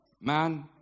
man